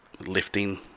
lifting